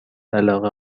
علاقه